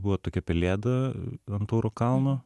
buvo tokia pelėda ant tauro kalno